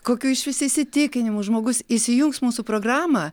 kokių išvis įsitikinimų žmogus įsijungs mūsų programą